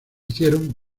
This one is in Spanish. hicieron